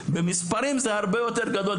במספרים זה הרבה יותר גדול,